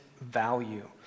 value